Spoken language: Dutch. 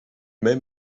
mij